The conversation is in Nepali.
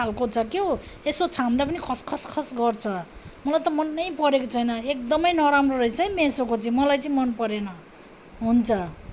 खाले छ के हो यसो छाम्दा पनि खस खस खस गर्छ मलाई त मनै परेको छैन एकदमै नराम्रो रहेछ है मिसो कि चाहिँ मलाई चाहिँ मन परेन हुन्छ